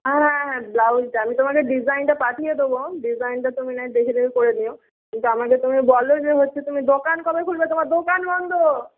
হ্যাঁ হ্যাঁ ব্লাউজটা আমি তোমাকে ডিজাইনটা পাঠিয়ে দেবো ডিজাইনটা তুমি নাহয় দেখে দেখে করে দিও কিন্তু আমাকে তুমি বলো যে হচ্ছে তুমি দোকান কবে খুলবে তোমার দোকান বন্ধ